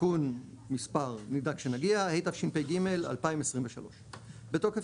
תיקון מספר, נדאג כשנגיע, התשפ"ג 2023. תקנות